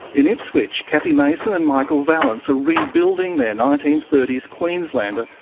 in ipswich, cathy mason and michael vallance are rebuilding their nineteen thirty s queenslander,